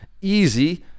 easy